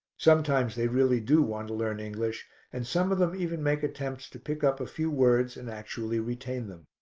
sometimes they really do want to learn english and some of them even make attempts to pick up a few words and actually retain them.